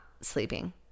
sleeping